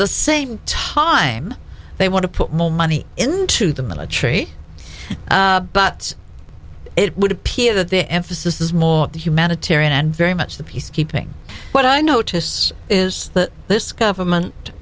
the same time they want to put more money into the military but it would appear that the emphasis is more humanitarian and very much the peacekeeping but i notice is that this government